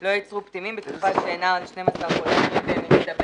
לא יוצרו פטמים בתקופה שאינה עולה על 12 חודשים במצטבר.